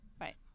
right